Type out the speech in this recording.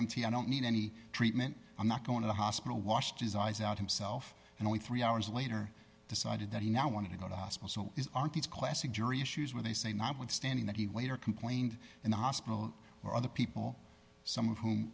a i don't need any treatment i'm not going to the hospital washed his eyes out himself and only three hours later decided that he now wanted to go to hospital so aren't these classic jury issues where they say notwithstanding that he later complained in the hospital or other people some of whom